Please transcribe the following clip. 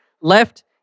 left